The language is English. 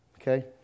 okay